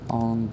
on